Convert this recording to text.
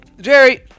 Jerry